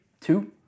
two